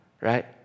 right